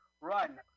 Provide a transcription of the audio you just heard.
run